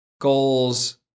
goals